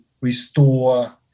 restore